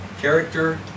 character